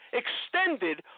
extended